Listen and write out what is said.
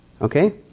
Okay